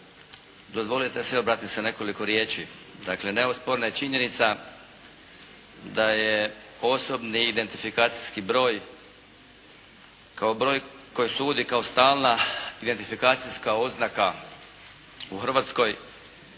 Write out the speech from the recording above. Dozvolite da se i ja obratim sa nekoliko riječi. Dakle, neosporna je činjenica da je osobni identifikacijski broj kao broj koji se uvodi kao stalna identifikacijska oznaka u Hrvatskoj,